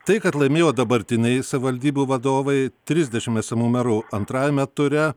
tai kad laimėjo dabartiniai savivaldybių vadovai trisdešim esamų merų antrajame ture